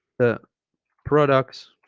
the products